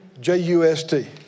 J-U-S-T